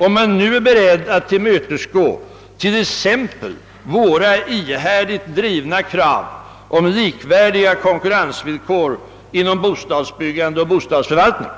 att man nu är beredd att tillmötesgå exempelvis våra ihärdigt drivna krav om likvärdiga konkurrensvillkor inom bostadsbyggande och bostadsförvaltning.